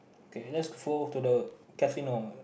okay lets for to the casino